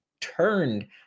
turned